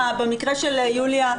במקרה של יוליה,